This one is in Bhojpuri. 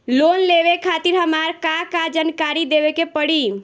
लोन लेवे खातिर हमार का का जानकारी देवे के पड़ी?